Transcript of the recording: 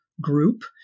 group